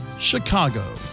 Chicago